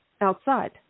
outside